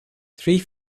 three